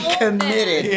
committed